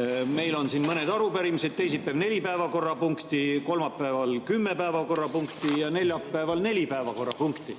[esmaspäeval] mõned arupärimised, teisipäeval neli päevakorrapunkti, kolmapäeval kümme päevakorrapunkti ja neljapäeval neli päevakorrapunkti.